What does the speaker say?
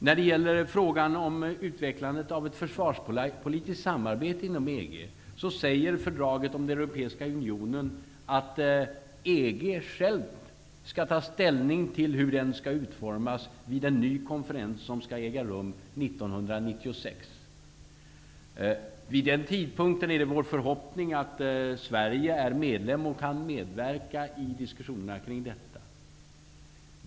När det gäller frågan om utvecklandet av ett försvarspolitiskt samarbete inom EG, säger fördraget om den europeiska unionen att EG självt skall ta ställning till hur den skall utformas vid en ny konferens som skall äga rum 1996. Vid den tidpunkten är det vår förhoppning att Sverige är medlem och kan medverka i diskussionerna kring detta.